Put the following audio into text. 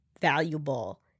valuable